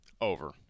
over